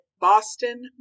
Boston